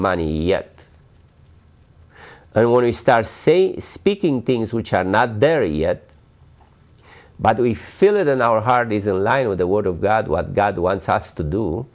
money yet i want to start speaking things which are not there yet but we feel it in our heart is aligned with the word of god what god wants us to do